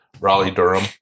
Raleigh-Durham